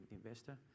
investor